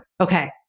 Okay